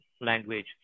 language